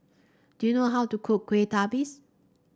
do you know how to cook Kueh Lapis